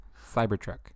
Cybertruck